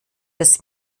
das